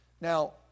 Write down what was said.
Now